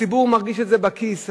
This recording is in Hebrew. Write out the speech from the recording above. הציבור מרגיש את זה בכיס.